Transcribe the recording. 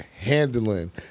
handling